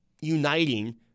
uniting